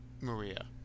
Maria